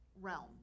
realm